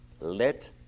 Let